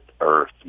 earth